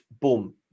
boom